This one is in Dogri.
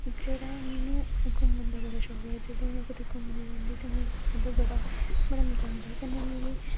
जेह्ड़ा मी ना घूमन दा बड़ा शौक ऐ जेल्लै मैं कुतै घूमने जांदी ते मी मतलब बड़ा बड़ा मजा आंदा कन्नै मिगी